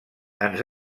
ens